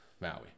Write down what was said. Maui